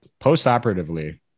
Postoperatively